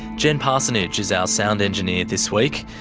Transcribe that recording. jen parsonage is our sound engineer this week,